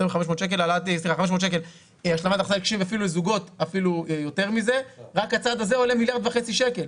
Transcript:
מזה, זה עולה מיליארד וחצי שקלים,